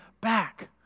back